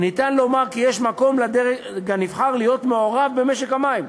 אפשר לומר שיש מקום לדרג הנבחר להיות מעורב במשק המים,